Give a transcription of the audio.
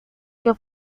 que